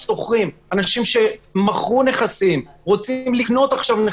שוכרים, אנשים שמכרו נכסים ורוצים לקנות,